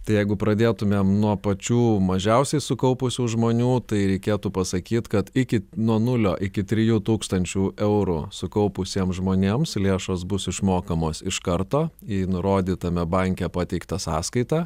tai jeigu pradėtumėm nuo pačių mažiausiai sukaupusių žmonių tai reikėtų pasakyt kad iki nuo nulio iki trijų tūkstančių eurų sukaupusiem žmonėms lėšos bus išmokamos iš karto į nurodytame banke pateiktą sąskaitą